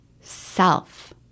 self